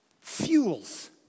fuels